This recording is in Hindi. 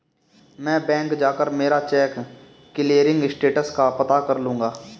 मैं बैंक जाकर मेरा चेक क्लियरिंग स्टेटस का पता कर लूँगा